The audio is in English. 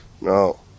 No